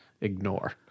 ignore